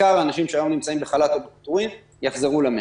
עיקר האנשים שהיום נמצאים בחל"ת או בפיטורים יחזרו למשק.